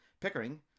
Pickering